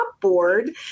board